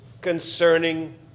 concerning